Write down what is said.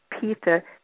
Peter